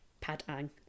Padang